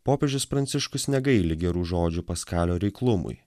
popiežius pranciškus negaili gerų žodžių paskalio reiklumui